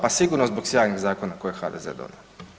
Pa sigurno zbog sjajnih zakona koje je HDZ donio.